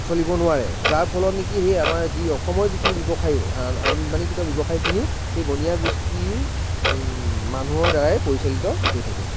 চলিব নোৱাৰে যাৰ ফলত নেকি সেই আমাৰ যি অসমৰ যিখিনি ব্য়ৱসায়ো আমাদানিকৃত ব্যৱসায়খিনিও সেই বনিয়া গোষ্ঠীৰ মানুহৰ দ্বাৰাই পৰিচালিত হৈ থাকে